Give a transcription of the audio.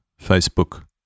Facebook